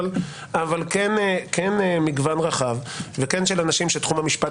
אבל כן מגוון רחב וכן של אנשים שתחום המשפט